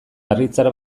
harritzar